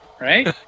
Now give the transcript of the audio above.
right